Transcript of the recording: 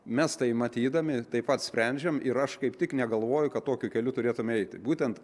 mes tai matydami taip pat sprendžiam ir aš kaip tik negalvoju kad tokiu keliu turėtume eiti būtent